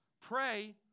Pray